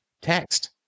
text